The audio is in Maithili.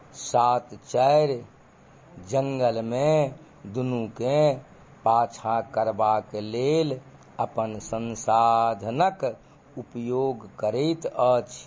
सात चारि जङ्गलमे दुनूकेँ पाछा करबाक लेल अपन संसाधनक उपयोग करैत अछि